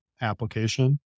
application